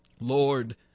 Lord